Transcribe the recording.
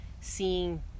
seeing